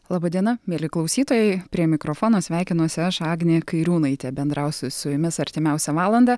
laba diena mieli klausytojai prie mikrofono sveikinuosi aš agnė kairiūnaitė bendrausiu su jumis artimiausią valandą